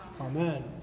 Amen